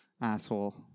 asshole